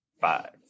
Five